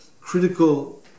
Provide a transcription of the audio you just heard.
critical